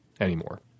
anymore